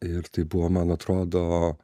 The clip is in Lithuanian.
ir tai buvo man atrodo